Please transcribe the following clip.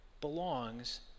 belongs